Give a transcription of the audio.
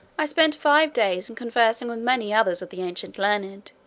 i spent five days in conversing with many others of the ancient learned.